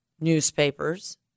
newspapers